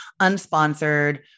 unsponsored